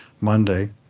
Monday